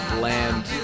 land